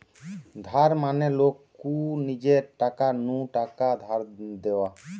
ধার মানে লোক কু নিজের টাকা নু টাকা ধার দেওয়া